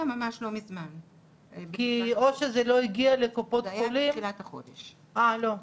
כי או שזה לא הגיע לקופות החולים --- ממש לא מזמן,